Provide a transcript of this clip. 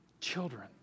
children